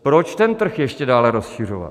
Proč ten trh ještě dále rozšiřovat?